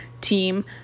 team